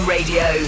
Radio